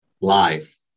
life